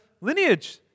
lineage